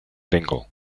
dingle